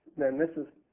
then, this is